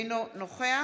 אינו נוכח